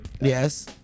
Yes